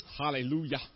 Hallelujah